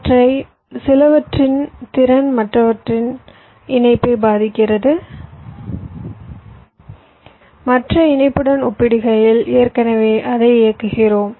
அவற்றில் சிலவற்றின் திறன் மற்றவற்றின் இணைப்பை பாதிக்கிறது மற்ற இணைப்புடன் ஒப்பிடுகையில் ஏற்கனவே அதை இயக்குகிறோம்